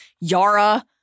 Yara